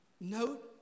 note